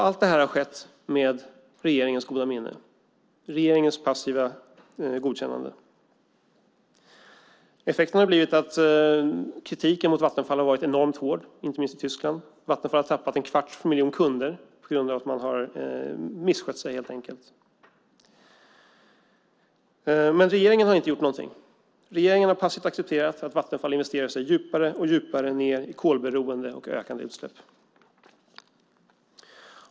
Allt det här har skett med regeringens goda minne, regeringens passiva godkännande. Effekten har blivit att kritiken mot Vattenfall har varit enormt hård, inte minst i Tyskland. Vattenfall har tappat en kvarts miljon kunder på grund av att man har misskött sig, helt enkelt. Men regeringen har inte gjort någonting. Regeringen har passivt accepterat att Vattenfall investerat sig djupare och djupare ned i kolberoende och ökande utsläpp.